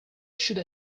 should